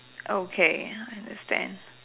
okay I understand